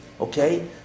okay